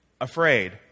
afraid